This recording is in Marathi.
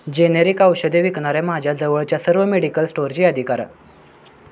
जेनेरिक औषधे विकणाऱ्या माझ्याजवळच्या सर्व मेडिकल स्टोअरची यादी करा